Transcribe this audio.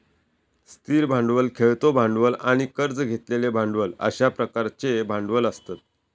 स्थिर भांडवल, खेळतो भांडवल आणि कर्ज घेतलेले भांडवल अश्या प्रकारचे भांडवल असतत